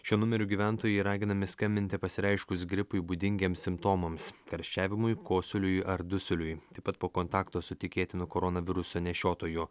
šiuo numeriu gyventojai raginami skambinti pasireiškus gripui būdingiems simptomams karščiavimui kosuliui ar dusuliui taip pat po kontakto su tikėtinu koronaviruso nešiotoju